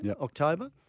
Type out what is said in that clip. October